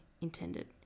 intended